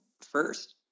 first